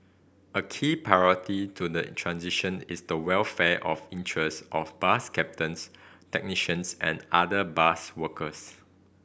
a key priority to the transition is the welfare of interest of bus captains technicians and other bus workers